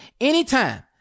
anytime